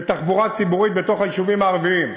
בתחבורה הציבורית בתוך היישובים הערביים,